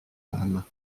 âmes